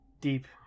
deep